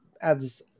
adds